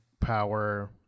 power